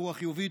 ברוח חיובית,